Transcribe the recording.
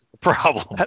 problem